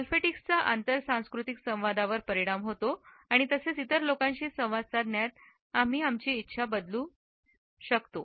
ओल्फॅक्टिक्सचा आंतर सांस्कृतिक संवादावर परिणाम होतो आणि तसेच इतर लोकांशी संवाद साधण्यात आमची इच्छा बदलू शकते